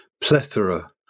plethora